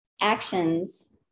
actions